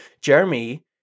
Jeremy